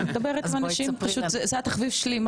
זה התחביב שלי.